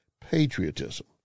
Patriotism